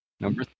Number